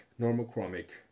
normochromic